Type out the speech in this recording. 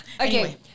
Okay